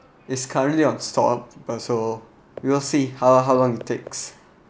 is currently on stalled also we will see how how long it takes